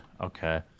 Okay